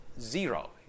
zero